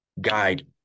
Guide